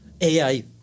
AI